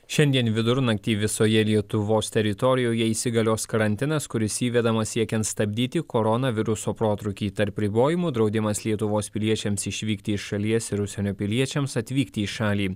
šiandien vidurnaktį visoje lietuvos teritorijoje įsigalios karantinas kuris įvedamas siekiant stabdyti koronaviruso protrūkį tarp ribojimų draudimas lietuvos piliečiams išvykti iš šalies ir užsienio piliečiams atvykti į šalį